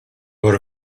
were